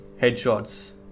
headshots